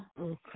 Okay